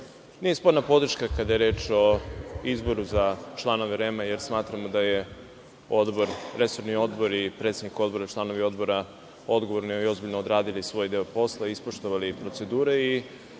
nije sporna podrška kada je reč o izboru za članove REM-a, jer smatram da su resorni Odbor, predsednik Odbora i članovi Odbora odgovorno i ozbiljno odradili svoj deo posla i ispoštovali proceduru i